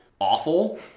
awful